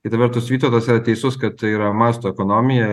kita vertus vytautas yra teisus kad tai yra masto ekonomija